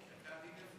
אתה עדין נפש.